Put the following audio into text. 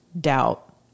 doubt